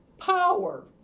power